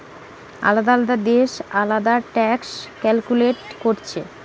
আলদা আলদা দেশ আলদা ট্যাক্স ক্যালকুলেট কোরছে